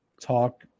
talk